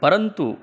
परन्तु